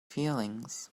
feelings